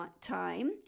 time